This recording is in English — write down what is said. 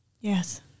Yes